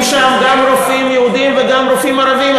בהם גם רופאים יהודים וגם רופאים ערבים.